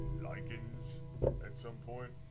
lycans at some point,